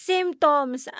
Symptoms